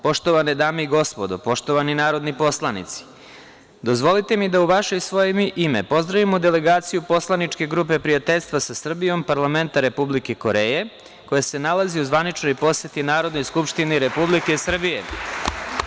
Poštovane dame i gospodo, poštovani narodni poslanici, dozvolite mi da u vaše i svoje ime, pozdravimo delegaciju poslaničke grupe prijateljstva sa Srbijom Parlamenta Republike Koreje, koja se nalazi u zvaničnoj poseti Narodnoj skupštini Republike Srbije.